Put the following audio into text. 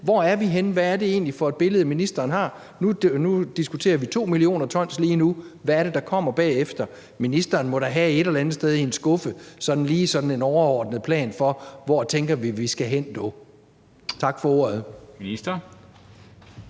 Hvor er vi henne? Hvad er det egentlig for et billede, ministeren har? Lige nu diskuterer vi 2 mio. t, hvad er det, der kommer bagefter? Ministeren må da i en skuffe et eller andet sted have en overordnet plan for, hvor han tænker vi skal hen. Tak for ordet.